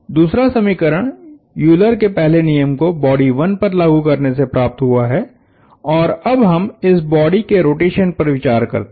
दूसरा समीकरण यूलर के पहले नियम को बॉडी 1 पर लागू करने पर प्राप्त हुआ है और अब हम इस बॉडी के रोटेशन पर विचार करते हैं